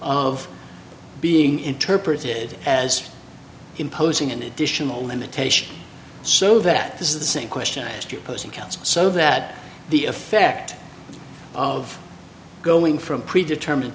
of being interpreted as imposing an additional limitation so that this is the same question that you're posing counts so that the effect of going from pre determined